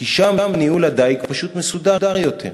כי שם ניהול הדיג פשוט מסודר יותר.